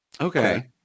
Okay